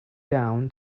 down